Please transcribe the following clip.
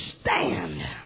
stand